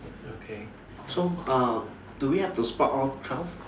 okay so uh do we have to spot all twelve